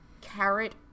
carrot